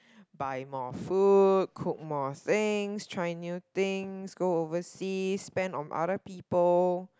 buy more food cook more things try new things go overseas spend on other people